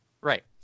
Right